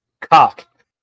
cock